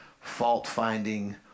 fault-finding